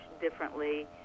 differently